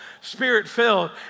spirit-filled